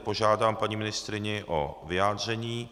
Požádám tedy paní ministryni o vyjádření.